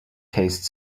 taste